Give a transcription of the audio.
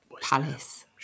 Palace